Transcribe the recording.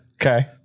Okay